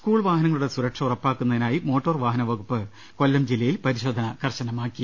school വാഹന്ദ്രങ്ങളുടെ സുരക്ഷ ഉറപ്പാക്കുന്നതി നായി മോട്ടോർ വാഹന് വ്കുപ്പ് കൊല്ലംജില്ലയിൽ പരിശോധന കർശനമാക്കി